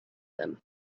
them